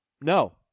No